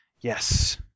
Yes